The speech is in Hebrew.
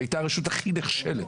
היא היתה הרשות הכי נחשלת,